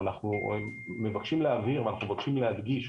אנחנו מבקשים להבהיר ואנחנו מבקשים להדגיש,